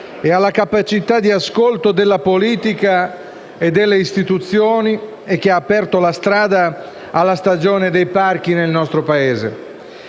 e alla capacità di ascolto della politica e delle istituzioni, che ha aperto la strada alla stagione dei parchi nel nostro Paese.